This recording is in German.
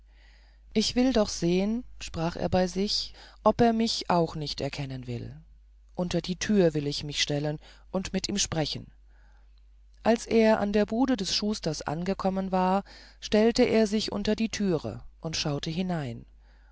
ich will doch sehen dachte er bei sich ob er mich auch nicht kennen will unter die türe will ich mich stellen und mit ihm sprechen als er an der bude des schusters angekommen war stellte er sich unter die türe und schaute hinein